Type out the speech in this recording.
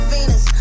Venus